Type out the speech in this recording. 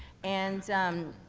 and, um,